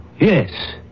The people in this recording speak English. Yes